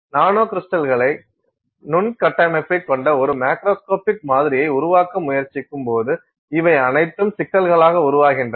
நானோ crystalline நுண் கட்டமைப்பைக் கொண்ட ஒரு மேக்ரோஸ்கோபிக் மாதிரியை உருவாக்க முயற்சிக்கும் போது இவை அனைத்தும் சிக்கல்களாக உருவாகின்றன